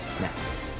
next